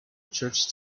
church